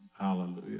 Hallelujah